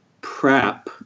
prep